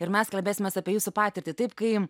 ir mes kalbėsimės apie jūsų patirtį taip kai